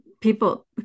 people